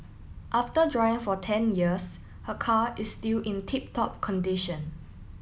after drying for ten years her car is still in tip top condition